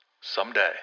someday